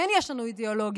כן יש לנו אידיאולוגיה,